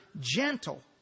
gentle